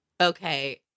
okay